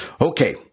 Okay